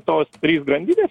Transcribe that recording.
tos grandinės